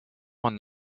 man